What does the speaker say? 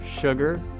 Sugar